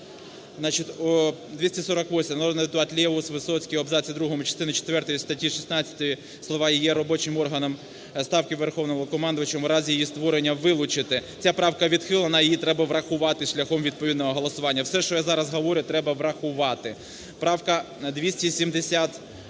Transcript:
248. Народний депутат Левус, Висоцький. В абзаці 2 частини четвертої статті 16 слова "і є робочим органом Ставки Верхового Головнокомандувача (у разі її створення)" - вилучити. Ця правка відхилена, її треба врахувати шляхом відповідного голосування. Все, що я зараз говорю, треба врахувати. Правка 279